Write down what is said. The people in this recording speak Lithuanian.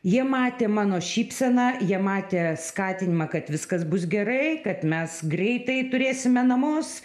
jie matė mano šypseną jie matė skatinimą kad viskas bus gerai kad mes greitai turėsime namus